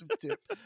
tip